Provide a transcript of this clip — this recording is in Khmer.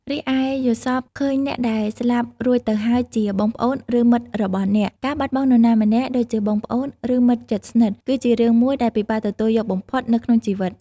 រីឯយល់សប្តិឃើញអ្នកដែលស្លាប់រួចទៅហើយជា បងប្អូន ឬមិត្តរបស់អ្នក ការបាត់បង់នរណាម្នាក់ ដូចជាបងប្អូន ឬ មិត្តភក្ដិស្និទ្ធ គឺជារឿងមួយ ដែលពិបាកទទួលយកបំផុត នៅក្នុងជីវិត ។